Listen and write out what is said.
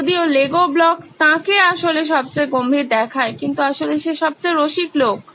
যদিও Lego block তাঁকে আসলে সবচেয়ে গম্ভীর দেখায় কিন্তু আসলে সে সবচেয়ে রসিক লোক